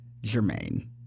Jermaine